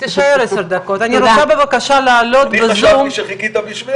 אני חשבתי שחיכית בשבילי.